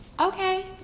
okay